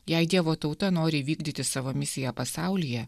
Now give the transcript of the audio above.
jei dievo tauta nori vykdyti savo misiją pasaulyje